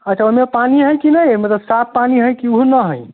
अच्छा ओहिमे पानी हइ कि नहि हइ मतलब साफ पानी हइ कि उहो नहि हइ